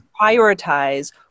prioritize